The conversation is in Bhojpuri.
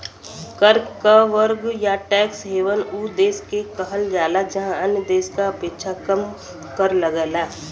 कर क स्वर्ग या टैक्स हेवन उ देश के कहल जाला जहाँ अन्य देश क अपेक्षा कम कर लगला